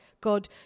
god